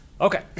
Okay